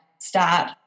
start